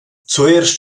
zuerst